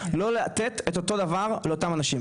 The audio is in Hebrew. לא לתת את אותו הדבר לאותם אנשים.